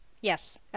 Yes